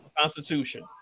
Constitution